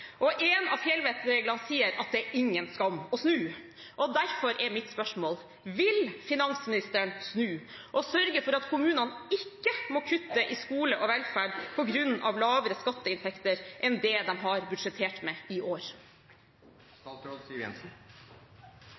og en av fjellvettreglene sier at det er ingen skam å snu. Derfor er mitt spørsmål: Vil finansministeren snu og sørge for at kommunene ikke må kutte i skole og velferd på grunn av lavere skatteinntekter enn det de har budsjettert med i år?